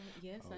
Yes